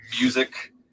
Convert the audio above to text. music